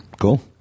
Cool